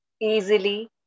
easily